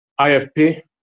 IFP